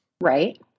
Right